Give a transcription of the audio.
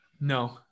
no